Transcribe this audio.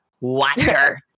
Water